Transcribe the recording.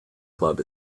club